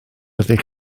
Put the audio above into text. ydych